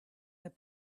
had